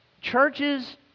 Churches